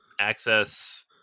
access